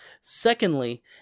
Secondly